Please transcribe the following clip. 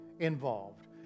Involved